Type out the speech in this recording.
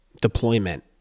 deployment